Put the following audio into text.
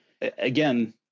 again